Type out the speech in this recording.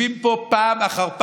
יושבים פה פעם אחר פעם,